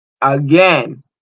Again